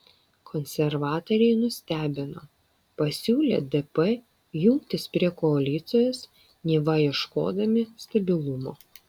konservatoriai nustebino pasiūlę dp jungtis prie koalicijos neva ieškodami stabilumo